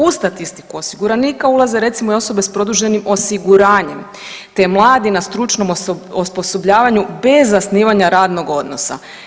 U statistiku osiguraniku ulaze recimo, i osobe s produženim osiguranjem te mladi na stručnom osposobljavanju bez zasnivanja radnog odnosa.